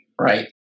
right